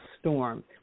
storm